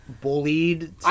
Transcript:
bullied